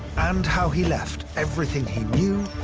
and how he left everything he knew,